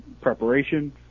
preparation